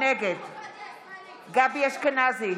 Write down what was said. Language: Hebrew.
נגד גבי אשכנזי,